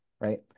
right